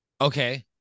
Okay